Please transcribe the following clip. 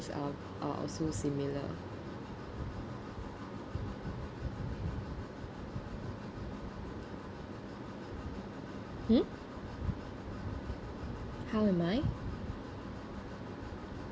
uh are so similar hmm how am I